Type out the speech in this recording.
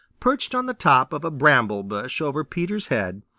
perched on the top of a bramble-bush over peter's head,